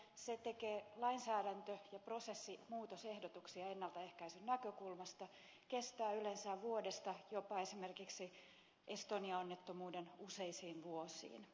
se tekee lainsäädäntö ja prosessimuutosehdotuksia ennaltaehkäisyn näkökulmasta kestää yleensä vuodesta jopa esimerkiksi estonia onnettomuuden useisiin vuosiin